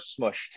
smushed